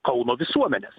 kauno visuomenės